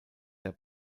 der